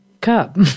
cup